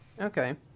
Okay